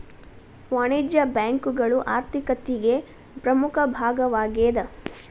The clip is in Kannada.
ವಾಣಿಜ್ಯ ಬ್ಯಾಂಕುಗಳು ಆರ್ಥಿಕತಿಗೆ ಪ್ರಮುಖ ಭಾಗವಾಗೇದ